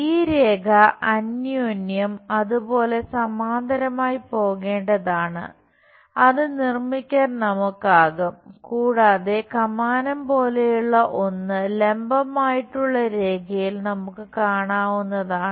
ഈ രേഖ അന്യോന്യം അത് പോലെ സമാന്തരമായി പോകേണ്ടതാണ് അത് നിർമ്മിക്കാൻ നമുക്കാകും കൂടാതെ കമാനം പോലെയുള്ള ഒന്ന് ലംബമായിട്ടുള്ള രേഖയിൽ നമുക്ക് കാണാവുന്നതാണ്